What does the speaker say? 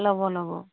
ল'ব ল'ব